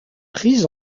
prise